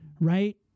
Right